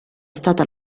stata